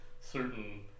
certain